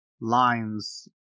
lines